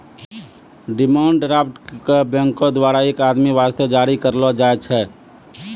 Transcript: demand draft क बैंको द्वारा एक आदमी वास्ते जारी करलो जाय छै